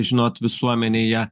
žinot visuomenėje